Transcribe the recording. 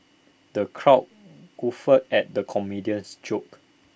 the crowd guffawed at the comedian's jokes